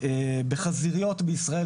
בחזיריות בישראל.